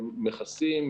מכסים,